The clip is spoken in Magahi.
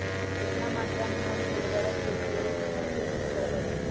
कितना मात्रा में हम उर्वरक के उपयोग हमर खेत में करबई?